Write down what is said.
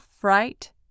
fright